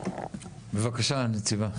בבקשה, הנציבה.